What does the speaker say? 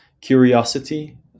curiosity